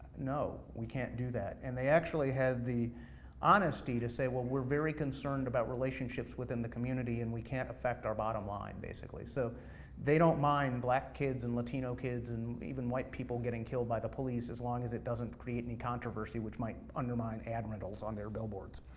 we can't do that. and they actually had the honesty to say, well, we're very concerned about relationships within the community, and we can't affect our bottom line, basically, so they don't mind black kids and latino kids, and even white people getting killed by the police, as long as it doesn't create any controversy, which might undermine ad rentals on their billboards.